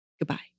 Goodbye